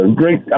great